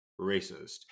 racist